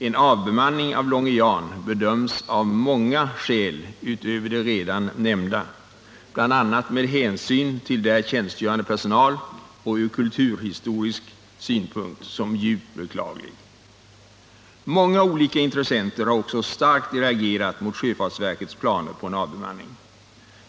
En avbemanning av Långe Jan bedöms av många skäl utöver de redan nämnda — bl.a. med hänsyn till där tjänstgörande personal och från kulturhistorisk synpunkt — som djupt beklaglig. Många olika intressenter har också starkt reagerat mot sjöfartsverkets planer på en avbemanning.